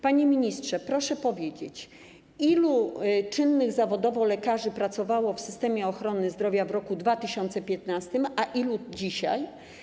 Panie ministrze, proszę powiedzieć, ilu czynnych zawodowo lekarzy pracowało w systemie ochrony zdrowia w roku 2015, a ilu dzisiaj?